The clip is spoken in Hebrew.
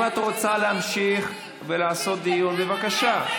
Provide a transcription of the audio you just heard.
אם את רוצה להמשיך ולעשות דיון, בבקשה.